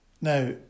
Now